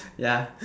yeah